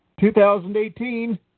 2018